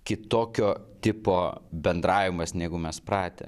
kitokio tipo bendravimas negu mes pratę